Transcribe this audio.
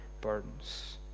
burdens